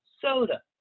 soda